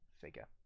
figure